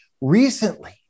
recently